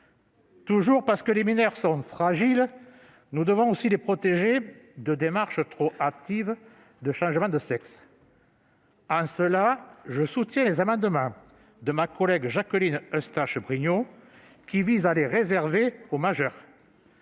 Toujours parce que les mineurs sont fragiles, nous devons aussi les protéger de démarches trop hâtives de changement de sexe. En cela, je soutiens les amendements de ma collègue Jacqueline Eustache-Brinio, qui visent à les réserver aux majeurs.